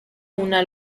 una